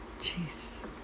Jeez